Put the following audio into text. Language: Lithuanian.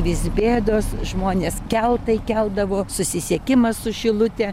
vis bėdos žmonės keltai keldavo susisiekimas su šilute